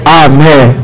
amen